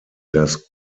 das